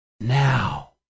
now